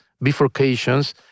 bifurcations